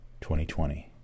2020